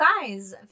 guys